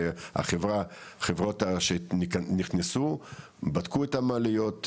כי החברות שנכנסו בדקו את המעליות,